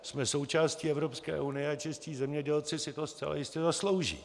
Jsme součástí Evropské unie a čeští zemědělci si to zcela jistě zaslouží.